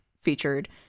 featured